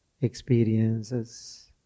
experiences